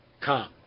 come